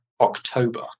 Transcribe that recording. October